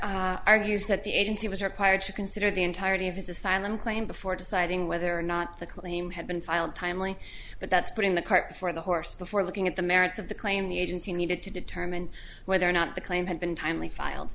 petitioner argues that the agency was required to consider the entirety of his asylum claim before deciding whether or not the claim had been filed timely but that's putting the cart before the horse before looking at the merits of the claim the agency needed to determine whether or not the claim had been timely filed